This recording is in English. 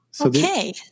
Okay